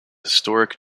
historic